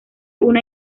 una